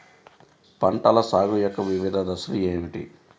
పంటల సాగు యొక్క వివిధ దశలు ఏమిటి?